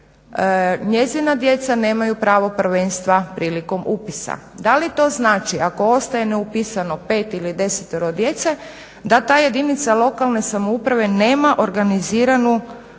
njezina djeca nemaju pravo prvenstva prilikom upisa. Da li to znači ako ostaje neupisano pet ili desetero djece da ta jedinica lokalne samouprave nema organiziranu skrb